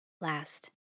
last